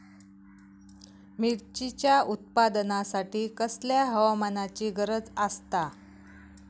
मिरचीच्या उत्पादनासाठी कसल्या हवामानाची गरज आसता?